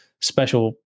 special